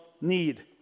need